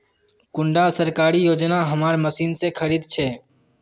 कुंडा सरकारी योजना हमार मशीन से खरीद छै?